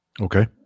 Okay